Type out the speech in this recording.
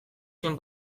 zuen